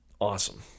awesome